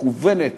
מכוונת